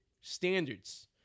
standards